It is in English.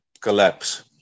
collapse